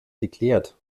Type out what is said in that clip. geklärt